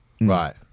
right